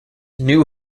new